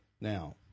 Now